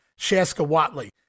Shaska-Watley